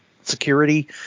security